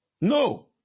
No